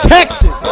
Texas